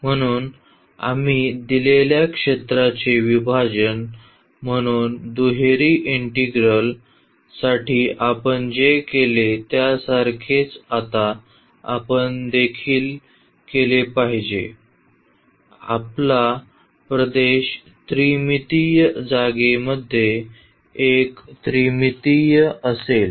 म्हणून आम्ही दिलेल्या क्षेत्राचे विभाजन म्हणून दुहेरी इंटिग्रल साठी आपण जे केले त्यासारखेच आता आपण देखील केले पाहिजे आपला प्रदेश त्रिमितीय जागेमध्ये एक त्रिमितीय असेल